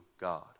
God